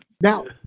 Now